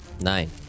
nine